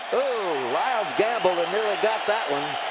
lyles gambled and nearly got that one.